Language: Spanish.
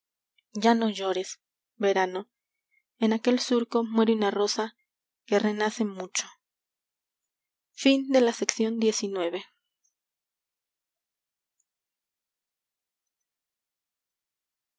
ya no llores verano en aquel surco muere una rosa que renace mucho